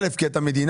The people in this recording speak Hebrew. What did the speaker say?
א', כי אתה מדינה.